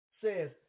Says